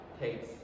takes